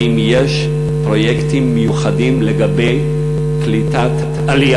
האם יש פרויקטים מיוחדים לגבי קליטת עלייה